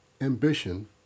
ambition